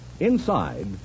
Inside